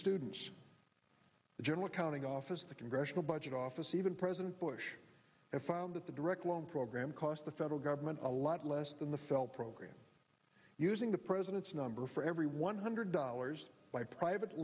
students the general accounting office the congressional budget office even president bush and found that the direct loan program cost the federal government a lot less than the felt program using the president's number for every one hundred dollars by private